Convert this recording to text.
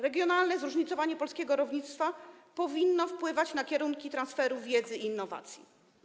Regionalne zróżnicowanie polskiego rolnictwa powinno wpływać na kierunki transferu wiedzy i innowacji.